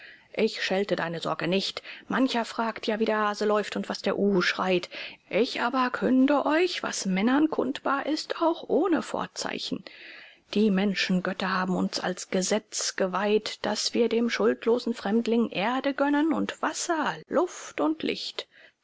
ich schelte deine sorge nicht mancher fragt ja wie der hase läuft und was der uhu schreit ich aber künde euch was männern kundbar ist auch ohne vorzeichen die menschengötter haben uns als gesetz geweiht daß wir dem schuldlosen fremdling erde gönnen und wasser luft und licht